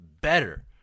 better